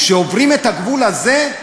כשעוברים את הגבול הזה,